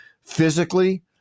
physically